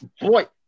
boy